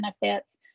benefits